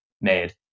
made